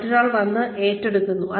മറ്റൊരാൾ വന്ന് ഏറ്റെടുക്കുന്നു